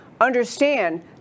understand